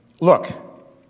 Look